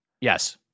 Yes